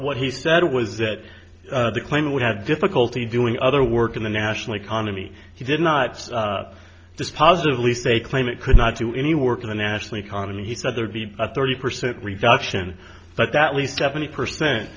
what he said was that the claimant would have difficulty doing other work in the national economy he did not dispositive least they claim it could not do any work in the national economy he said there'd be a thirty percent reduction but at least seventy per cent